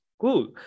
Cool